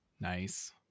nice